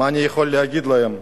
מה אני יכול להגיד להם?